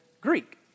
Greek